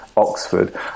Oxford